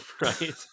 right